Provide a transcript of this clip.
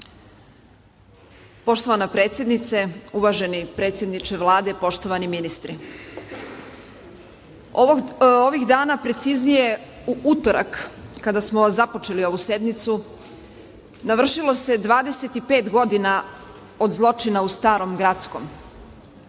Poštovana predsednice, uvaženi predsedniče Vlade, poštovani ministri. Ovih dana, preciznije u utorak kada smo započeli ovu sednicu navršilo se 25 godina od zločina u Starom